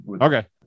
Okay